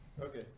Okay